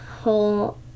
whole